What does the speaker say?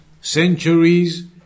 centuries